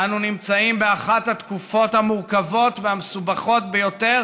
אנו נמצאים באחת התקופות המורכבות והמסובכות ביותר